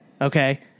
Okay